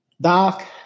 Doc